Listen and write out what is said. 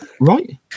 right